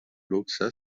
luxe